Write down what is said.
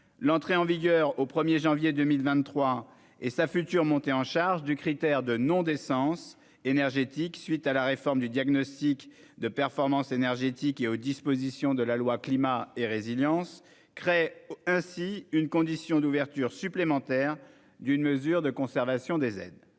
l'entrée en vigueur au 1 janvier 2023 et la future montée en charge du critère de non-décence énergétique, à la suite de la réforme du diagnostic de performance énergétique et aux dispositions de la loi Climat et résilience, créent une condition d'ouverture supplémentaire d'une mesure de conservation des aides.